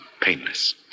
painless